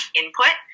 input